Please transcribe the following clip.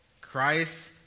Christ